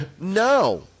No